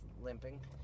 limping